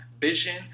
vision